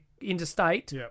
interstate